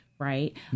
right